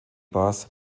bass